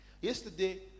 yesterday